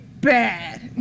bad